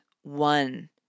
one